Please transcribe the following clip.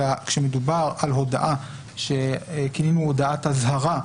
אלא שכשמדובר על הודעה שכינינו הודעת אזהרה,